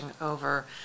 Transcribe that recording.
over